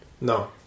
no